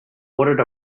ordered